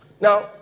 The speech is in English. Now